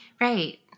Right